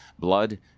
blood